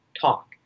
talk